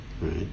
right